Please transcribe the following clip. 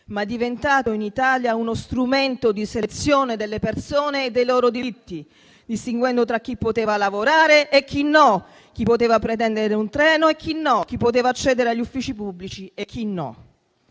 ma diventato in Italia uno strumento di selezione delle persone e dei loro diritti, distinguendo tra chi poteva lavorare e chi non poteva, tra chi poteva pretendere un treno e chi non poteva, tra chi poteva accedere agli uffici pubblici e chi non